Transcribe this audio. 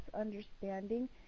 understanding